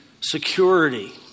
security